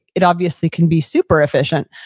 it obviously can be super efficient.